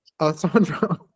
Alessandro